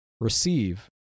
receive